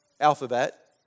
Alphabet